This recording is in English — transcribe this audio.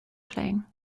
playing